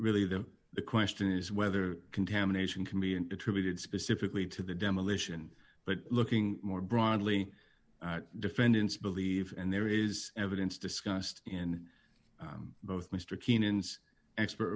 really the the question is whether contamination can be and attributed specifically to the demolition but looking more broadly defendants believe and there is evidence discussed in both mr keenan's expert